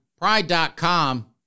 Pride.com